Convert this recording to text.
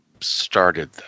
started